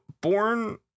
Born